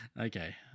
okay